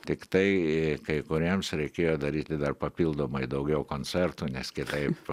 tiktai kai kūrėjams reikėjo daryti dar papildomai daugiau koncertų nes kitaip